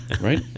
right